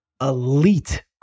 elite